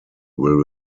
will